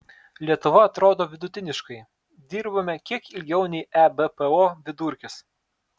lietuva atrodo vidutiniškai dirbame kiek ilgiau nei ebpo vidurkis